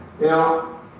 Now